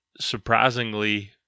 surprisingly